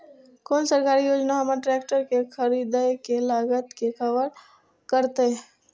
कोन सरकारी योजना हमर ट्रेकटर के खरीदय के लागत के कवर करतय?